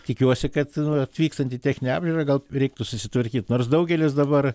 tikiuosi kad atvykstant į techninę apžiūrą gal reiktų susitvarkyt nors daugelis dabar